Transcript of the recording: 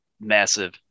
massive